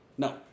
No